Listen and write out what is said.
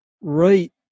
right